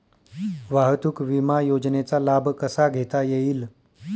वाहतूक विमा योजनेचा लाभ कसा घेता येईल?